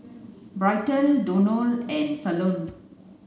Bryton Donal and Salome